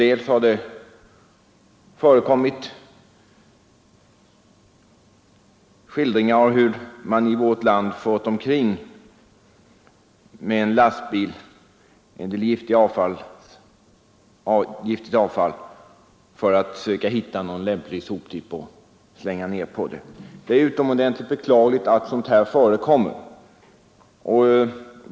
Det har också förekommit skildringar av hur man i vårt land med lastbil kört omkring giftigt avfall för att försöka hitta någon lämplig soptipp att slänga det på. Det är utomordentligt beklagligt att sådant förekommer.